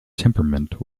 temperament